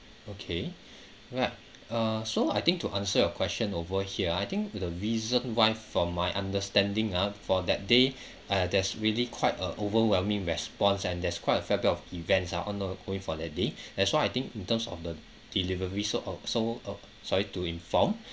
okay right uh so I think to answer your question over here I think the reason why from my understanding ah for that day uh there's really quite a overwhelming response and there's quite a fair bit of events ah on the going for that day that's why I think in terms of the delivery so uh so uh sorry to inform